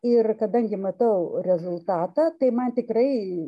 ir kadangi matau rezultatą tai man tikrai